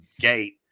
gate